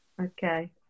okay